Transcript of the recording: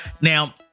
now